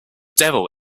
devil